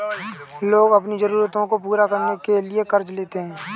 लोग अपनी ज़रूरतों को पूरा करने के लिए क़र्ज़ लेते है